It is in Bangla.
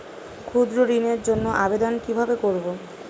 ক্ষুদ্র ঋণের জন্য আবেদন কিভাবে করব?